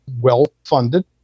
well-funded